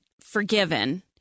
forgiven